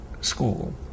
school